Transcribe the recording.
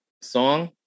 song